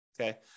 okay